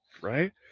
right